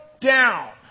down